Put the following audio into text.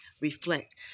reflect